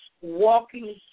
walking